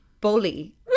bully